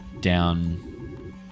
down